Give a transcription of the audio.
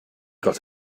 got